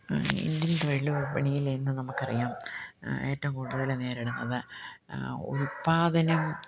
Indian തൊഴിൽ വിപണിയൽ ഇന്ന് നമുക്ക് അറിയാം ഏറ്റവും കൂടുതൽ നേരിടുന്നത് ഉൽപാദനം